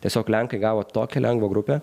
tiesiog lenkai gavo tokią lengvą grupę